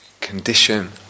condition